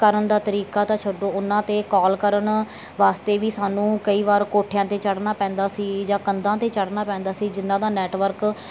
ਕਰਨ ਦਾ ਤਰੀਕਾ ਤਾਂ ਛੱਡੋ ਉਹਨਾਂ 'ਤੇ ਕੌਲ ਕਰਨ ਵਾਸਤੇ ਵੀ ਸਾਨੂੰ ਕਈ ਵਾਰ ਕੋਠਿਆਂ 'ਤੇ ਚੜ੍ਹਨਾ ਪੈਂਦਾ ਸੀ ਜਾਂ ਕੰਧਾਂ 'ਤੇ ਚੜ੍ਹਨਾ ਪੈਂਦਾ ਸੀ ਜਿਨ੍ਹਾਂ ਦਾ ਨੈੱਟਵਰਕ